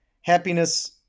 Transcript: happiness